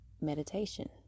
meditation